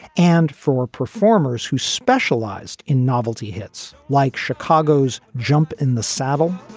and for performers who specialized in novelty hits like chicago's jump in the saddle,